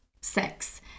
sex